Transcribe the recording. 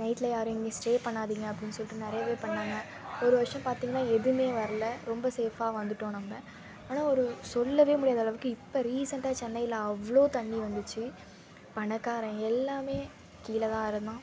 நைட்டில் யாரும் எங்கேயும் ஸ்டே பண்ணாதீங்க அப்டின்னு சொல்லிட்டு நெறைய பண்ணாங்க ஒரு வருடம் பார்த்திங்கனா எதுவுமே வரல ரொம்ப சேஃப்பாக வந்துட்டோம் நம்ம ஆனால் ஒரு சொல்ல முடியாத அளவுக்கு இப்போ ரீசெண்டாக சென்னையில் அவ்வளோ தண்ணி வந்துச்சு பணக்காரன் எல்லாம் கீழே தான் இருந்தான்